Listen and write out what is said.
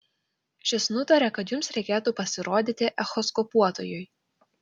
šis nutarė kad jums reikėtų pasirodyti echoskopuotojui